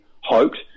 hoped